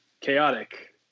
Chaotic